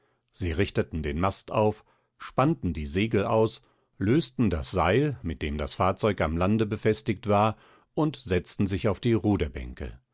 sie richteten den mast auf spannten die segel aus lösten das seil mit dem das fahrzeug am lande befestigt war und setzten sich auf die